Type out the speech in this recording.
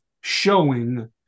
showing